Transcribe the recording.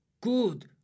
good